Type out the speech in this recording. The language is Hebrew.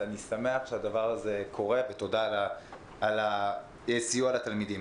אז אני שמח שהדבר הזה קורה ותודה על הסיוע לתלמידים.